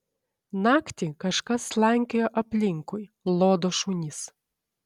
naktį kažkas slankioja aplinkui lodo šunis